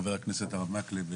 חבר הכנסת הרב מקלב,